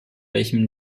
welchem